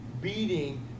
beating